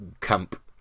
camp